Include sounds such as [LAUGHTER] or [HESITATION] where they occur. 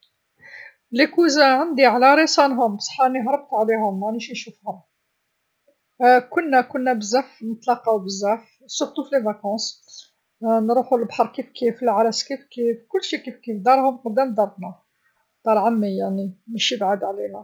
ولاد العم عندي على رصانهم بصح راني هربت عليهم، مانيش نشوفهم [HESITATION] كنا كنا بزاف، نتلاقو بزاف خاصة في العطلة [HESITATION] نروحو للبحر كيف كيف، لعراس كيف كيف كلش كيف كيف، دراهم قدام دارنا، دار عمي يعني مشي بعاد علينا.